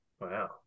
Wow